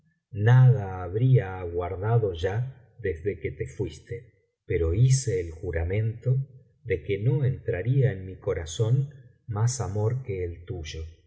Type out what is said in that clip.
nada habría aguardado ya desde que te fiaste pero hice el juramento de que no entrarla en mi corazón más amor que el tuyo